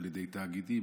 על ידי תאגידים.